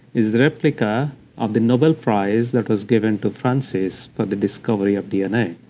is the replica of the nobel prize that was given to francis for the discovery of dna.